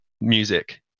music